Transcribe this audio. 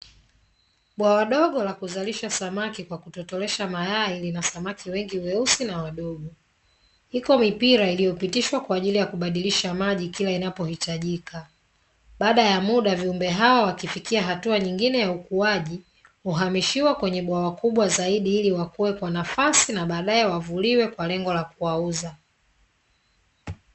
Bwawa dogo la kuzalisha samaki kwa kutotolesha mayai lina samaki wengi weusi na wadogo, iko mipira iliyopitishwa kwa ajili ya kubadilisha maji kila inapohitajika. Baada ya muda viumbe hawa wakifikia hatua nyingine ya ukuaji, huamishiwa kwenye bwawa kubwa zaidi ili wakue kwa nafasi na baadaye wavuliwe kwa lengo la kuwauza.